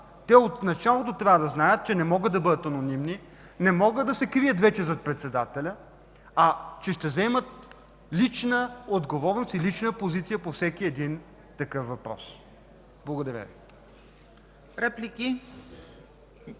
Те отначалото трябва да знаят, че не могат да бъдат анонимни, не могат да се крият вече зад председателя, а ще заемат лична отговорност и лична позиция по всеки един такъв въпрос. Благодаря Ви.